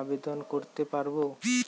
আবেদন করতে পারব?